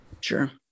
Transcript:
sure